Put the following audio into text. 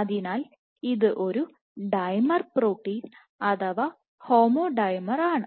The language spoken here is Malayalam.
അതിനാൽ ഇത് ഒരു ഡൈമർ പ്രോട്ടീൻ അഥവാ ഹോമോഡൈമർ ആണ്